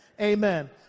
Amen